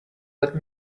let